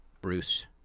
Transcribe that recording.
Bruce